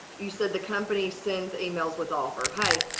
you said, the company sends emails with offer. hey,